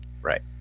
right